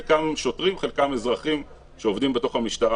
חלקם שוטרים, חלקם אזרחים שעובדים בתוך המשטרה